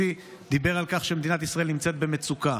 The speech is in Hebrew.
דיבר על כך שמדינת ישראל נמצאת במצוקה.